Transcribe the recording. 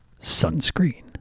sunscreen